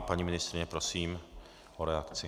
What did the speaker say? Paní ministryně, prosím o reakci.